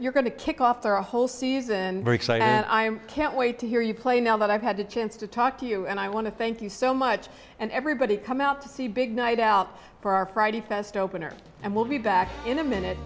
you're going to kick off there are a whole season i'm can't wait to hear you play now that i've had a chance to talk to you and i want to thank you so much and everybody come out to see big night out for our friday fest opener and we'll be back in a minute